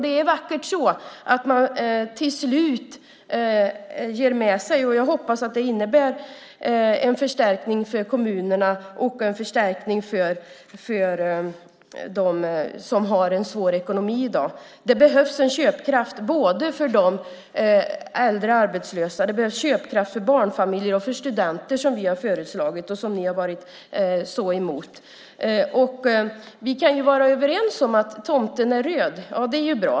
Det är vackert så och att man till slut ger med sig. Jag hoppas att det innebär en förstärkning för kommunerna och en förstärkning för dem som har svårigheter med ekonomin i dag. Det behövs en köpkraft för äldre arbetslösa, för barnfamiljer och för studenter som vi har föreslagit och som ni har varit emot. Vi kan vara överens om att tomten är röd. Det är bra.